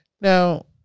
Now